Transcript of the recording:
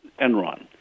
Enron